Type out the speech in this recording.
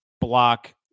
block